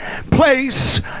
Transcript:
place